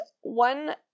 one